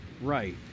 Right